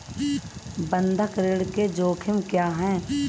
बंधक ऋण के जोखिम क्या हैं?